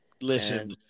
Listen